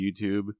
YouTube